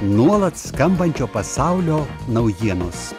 nuolat skambančio pasaulio naujienos